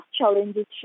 challenges